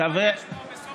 בוא ניפגש פה בסוף מרץ.